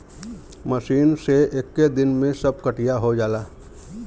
machine से एक्के दिन में सब कटिया हो जाला